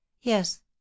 yes